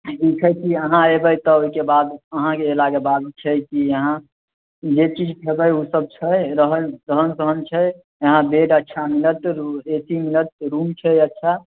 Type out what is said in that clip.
ई छै कि अहाँ एबै तब ओहिके बाद अहाँके एलाके बाद छै कि यहाँ जे चीज खेबै ओसभ चीज छै रहै रहन सहन छै यहाँ रेट अच्छा मिलत ए सी मिलत रूम छै अच्छा